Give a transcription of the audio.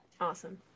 Awesome